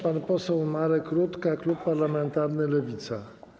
Pan poseł Marek Rutka, klub parlamentarny Lewica.